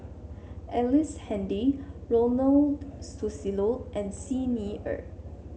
Ellice Handy Ronald Susilo and Xi Ni Er